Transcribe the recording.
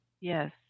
Yes